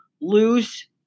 lose